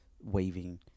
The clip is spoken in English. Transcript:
waving